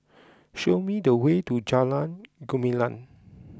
show me the way to Jalan Gumilang